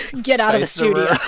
get out of the studio